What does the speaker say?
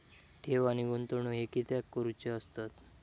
ठेव आणि गुंतवणूक हे कित्याक करुचे असतत?